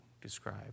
describe